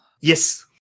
Yes